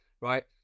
Right